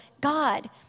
God